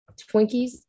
Twinkies